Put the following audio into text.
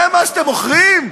זה מה שאתם מוכרים?